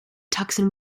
tucson